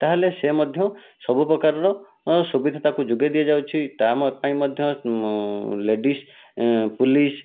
ତା'ହେଲେ ସେ ମଧ୍ୟ ସବୁ ପ୍ରକାରର ସୁବିଧା ତାକୁ ଯୋଗାଇ ଦିଆଯାଉଛି ତା' ପାଇଁ ମଧ୍ୟ ଲେଡିଜ୍ ପୋଲିସ୍